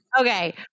Okay